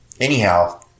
Anyhow